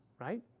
right